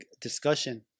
discussion